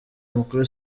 mukuru